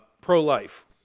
pro-life